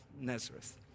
Nazareth